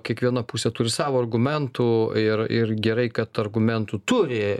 kiekviena pusė turi savo argumentų ir ir gerai kad argumentų turi